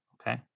okay